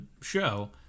show